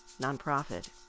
nonprofit